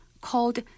called